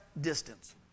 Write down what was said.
distance